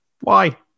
Why